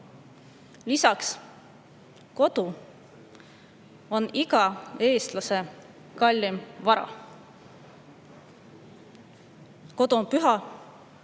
Lisaks, kodu on iga eestlase kõige kallim vara. Kodu on püha